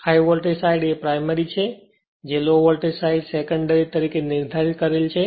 high voltage side એ primary છે જે લો વોલ્ટેજ સાઈડ જેને સેકન્ડરી તરીકે નિર્ધારીત કરેલ છે